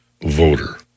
voter